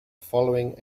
following